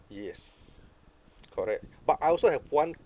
yes correct but I also have one